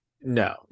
No